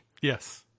Yes